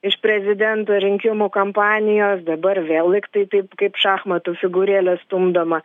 iš prezidento rinkimų kampanijos dabar vėl lyg tai taip kaip šachmatų figūrėlė stumdoma